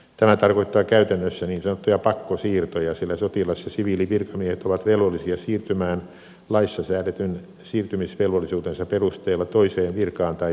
tämä tarkoittaa käytännössä niin sanottuja pakkosiirtoja sillä sotilas ja siviilivirkamiehet ovat velvollisia siirtymään laissa säädetyn siirtymisvelvollisuutensa perusteella toiseen virkaan tai tehtävään puolustusvoimissa